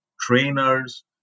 trainers